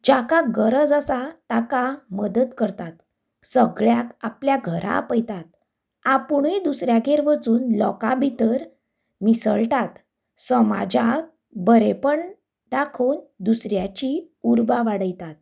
ज्याका गरज आसा ताका मदत करतात सगळ्यांक आपल्या घरा आपयतात आपुणूय दुसऱ्यागेर वचून लोकां भितर मिसळटात समाज्याक बरेंपण दाखोवन दुसऱ्याची उर्बा वाडयतात